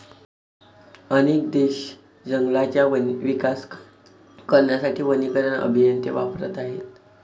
अनेक देश जंगलांचा विकास करण्यासाठी वनीकरण अभियंते वापरत आहेत